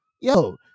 Yo